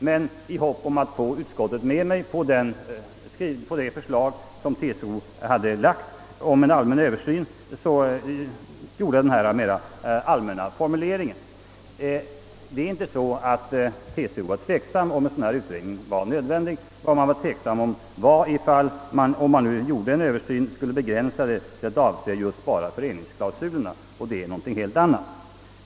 Men i förhoppning om att få utskottet med mig på det förslag om en allmän översyn som TCO lagt gjorde jag denna lite mjukare formulering. Det är inte så att TCO har varit tveksam om huruvida en utredning var nödvändig. Man var bara tveksam om huruvida en översyn, om den gjordes, skulle begränsas till att avse just föreningsklausulerna — och det är nu något helt annat!